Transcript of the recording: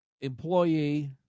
employee